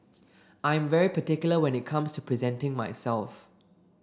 I am very particular when it comes to presenting myself